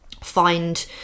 find